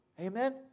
amen